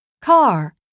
Car